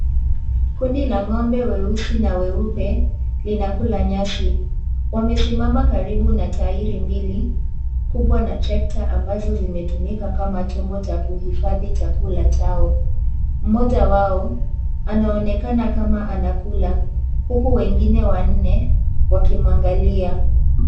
Kundi la ngombe weusi na weupe linakula nyasi, wamesimama karibu na (CS)tairi(CS) mbili kubwa na(CS)jecta(CS) ambazo zimetumika kama chombo cha kuhifadhi chakula chao, moja wao anaonekana kama anakula huku wengine wanne wakimuangalia.